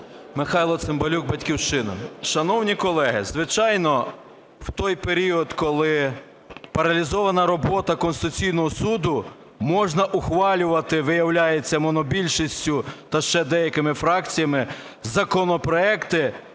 Михайло Цимбалюк, "Батьківщина". Шановні колеги, звичайно, в той період, коли паралізована робота Конституційного Суду, можна ухвалювати, виявляється, монобільшістю та ще деякими фракціями законопроекти,